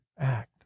act